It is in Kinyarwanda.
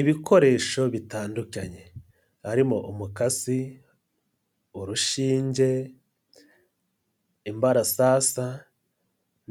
Ibikoresho bitandukanye harimo umukasi urushinge, imbarasasa